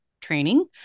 training